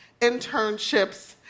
internships